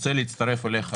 רוצה להצטרף אליך